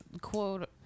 quote